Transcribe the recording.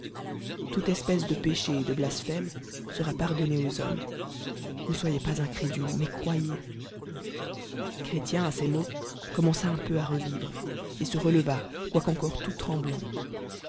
toute espèce de péché et de blasphème sera pardonné aux hommes ne soyez pu incrédule naie croyez chrétien à ces mots commença un peu à revivre et le releva quoiqu'encore tout tremblant